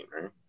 right